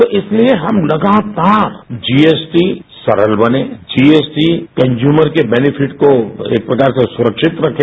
तो इसलिए हम लगातार जीएसटी सरल बने जीएसटी कंज्यूमर के बैनिफिट्स को एक प्रकार से सुरक्षित रखे